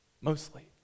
mostly